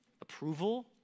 approval